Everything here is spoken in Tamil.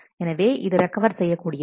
எனவே இது ரெக்கவர் செய்ய கூடியது